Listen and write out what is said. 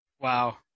Wow